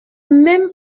même